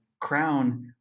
Crown